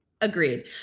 Agreed